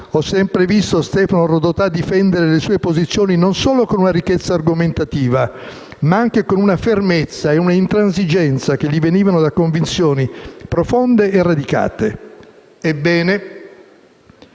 ho sempre visto Stefano Rodotà difendere le sue posizioni non solo con ricchezza argomentativa, ma anche con una fermezza e un'intransigenza che gli venivano da convinzioni profonde e radicate. Ebbene,